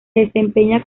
desempeña